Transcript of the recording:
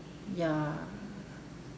uh